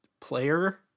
player